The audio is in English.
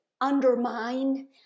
undermine